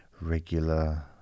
regular